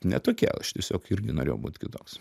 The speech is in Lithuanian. ne tokie aš tiesiog irgi norėjau būt kitoks